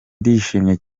ndishimye